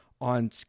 on